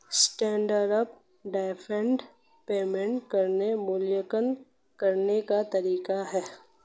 standard of deferred payment ऋण मूल्यांकन करने का तरीका है